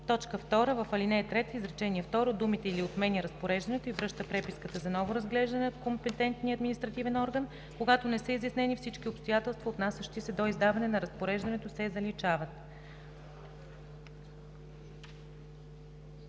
5;“. 2. В ал. 3, изречение второ думите „или отменя разпореждането и връща преписката за ново разглеждане от компетентния административен орган, когато не са изяснени всички обстоятелства, отнасящи се до издаване на разпореждането“ се заличават.“